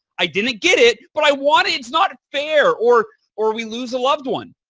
i didn't get it but i want it. it's not fair or or we lose a loved one.